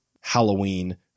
Halloween